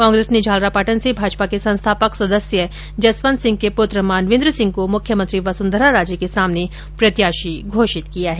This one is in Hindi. कांग्रेस ने झालरापाटन से भाजपा के संस्थापक सदस्य जसवन्त सिंह के पुत्र मानवेन्द्र सिंह को मुख्यमंत्री वसुन्धरा राजे के सामने प्रत्याशी घोषित किया है